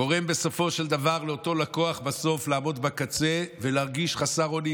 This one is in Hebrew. גורם בסופו של דבר לאותו לקוח לעמוד בקצה ולהרגיש חסר אונים